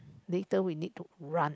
later we need to run